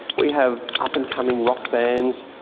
we have up and coming rock bands,